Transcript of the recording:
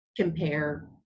compare